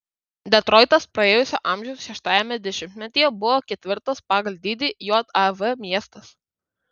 detroitas praėjusio amžiaus šeštajame dešimtmetyje buvo ketvirtas pagal dydį jav miestas